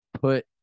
put